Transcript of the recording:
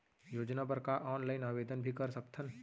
योजना बर का ऑनलाइन भी आवेदन कर सकथन?